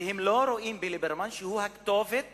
והם לא רואים בליברמן את הכתובת